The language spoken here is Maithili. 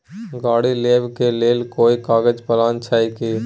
गाड़ी लेबा के लेल कोई कर्ज प्लान छै की?